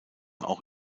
auch